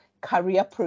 career